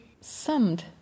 summed